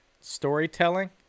storytelling